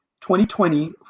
2020